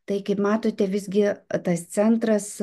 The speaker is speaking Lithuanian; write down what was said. tai kaip matote visgi tas centras